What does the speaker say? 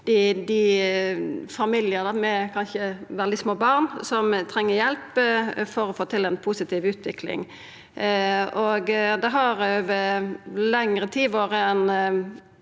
til familiar med veldig små barn som treng hjelp for å få til ei positiv utvikling. Det har over lengre tid vore ei